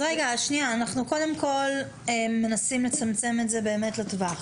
אנחנו קודם כל מנסים לצמצם את זה באמת לטווח.